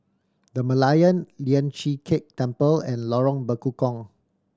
The Merlion Lian Chee Kek Temple and Lorong Bekukong